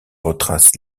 retrace